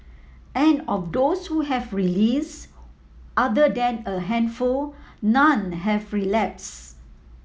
and of those who have release other than a handful none have relapse